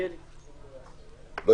הצבעה לא נתקבלה.